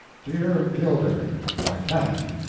dear gilder i can't.